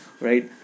right